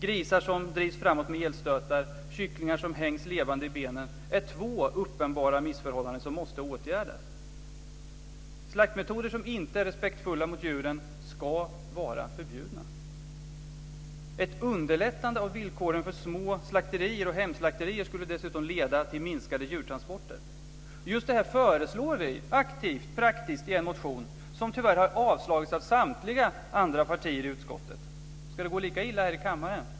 Grisar som drivs framåt med elstötar och kycklingar som hängs levande i benen är två uppenbara missförhållanden som måste åtgärdas. Slaktmetoder som inte är respektfulla mot djuren ska vara förbjudna. Ett underlättande av villkoren för små slakterier och hemslakterier skulle dessutom leda till minskade djurtransporter. Det här föreslår vi aktivt och praktiskt i en motion som tyvärr har avslagits av samtliga andra partier i utskottet. Ska det gå lika illa här i kammaren?